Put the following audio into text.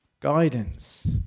Guidance